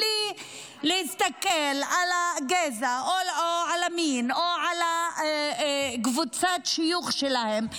בלי להסתכל על הגזע או על המין או על קבוצת השיוך שלהם,